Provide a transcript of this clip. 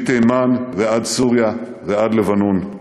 מתימן ועד סוריה ועד לבנון.